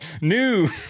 new